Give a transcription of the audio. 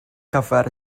gyfer